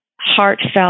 heartfelt